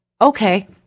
Okay